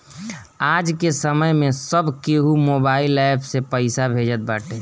आजके समय में सब केहू मोबाइल एप्प से पईसा भेजत बाटे